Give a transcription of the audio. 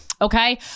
Okay